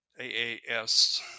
AAS